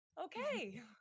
okay